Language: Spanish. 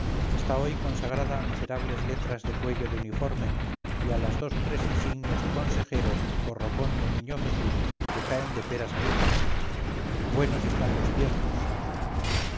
está hoy consagrada a miserables letras de cuello de uniforme y a las dos o tres insignias de consejero o ropón de niño jesús que caen de peras a higos buenos están los tiempos